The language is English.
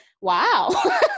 wow